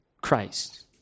Christ